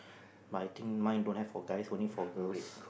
but I think mine don't have for guys only for girls